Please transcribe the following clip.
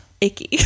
icky